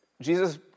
Jesus